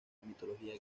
mitología